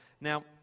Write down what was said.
Now